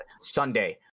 Sunday